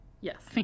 Yes